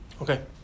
Okay